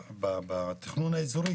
בתכנון האזורי,